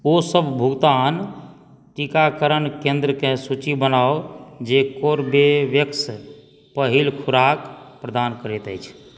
ओ सब भुगतान टीकाकरण केन्द्रके सूची बनाउ जे कोरबेवेक्स पहिल खोराक प्रदान करैत अछि